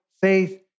faith